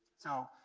so,